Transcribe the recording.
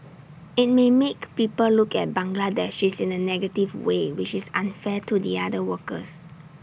IT may make people look at Bangladeshis in A negative way which is unfair to the other workers